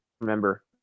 remember